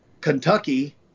Kentucky